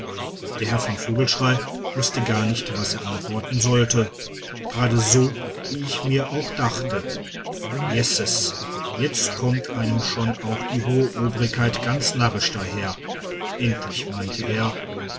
der herr von vogelschrey wußte gar nicht was er antworten sollte geradeso wie ich mir auch dachte jesses jetzt kommt einem schon auch die hohe obrigkeit ganz narrisch daher endlich meinte er